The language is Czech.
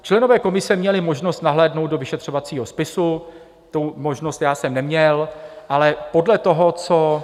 Členové komise měli možnost nahlédnout do vyšetřovacího spisu, tu možnost já jsem neměl, ale podle toho, co...